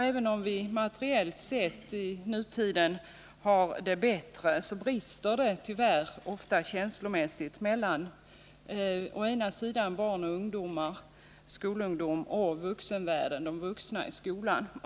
Även om vi materiellt sett i nutiden har det bättre än förr brister det tyvärr ofta känslomässigt mellan å ena sidan barn och ungdomar, skolungdomen, och å andra sidan vuxenvärlden, de vuxna i skolan.